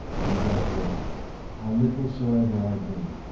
and therefore how little soever i be,